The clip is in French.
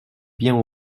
bien